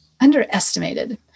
underestimated